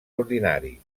ordinari